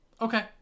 Okay